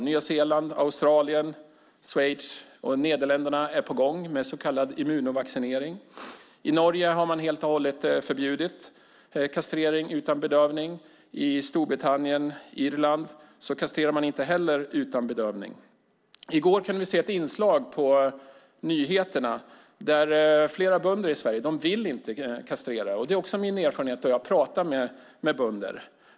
Nya Zeeland, Australien, Schweiz och Nederländerna är på gång med en så kallad immunovaccinering. I Norge har man helt och hållet förbjudit kastrering utan bedövning. I Storbritannien och Irland kastrerar man inte heller utan bedövning. I går kunde vi se ett inslag på nyheterna med flera bönder i Sverige. De vill inte kastrera, och det är också min erfarenhet när jag pratar med bönder.